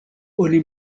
oni